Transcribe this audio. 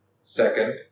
Second